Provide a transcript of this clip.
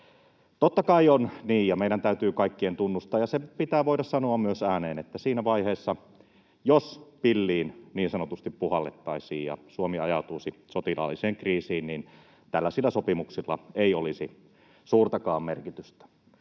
Totta kai on niin, ja se meidän täytyy kaikkien tunnustaa ja se pitää voida sanoa myös ääneen, että siinä vaiheessa, jos pilliin niin sanotusti puhallettaisiin ja Suomi ajautuisi sotilaallisen kriisiin, niin tällaisilla sopimuksilla ei olisi suurtakaan merkitystä.